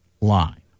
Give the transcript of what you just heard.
line